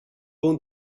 bon